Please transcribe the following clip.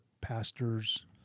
pastors